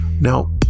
now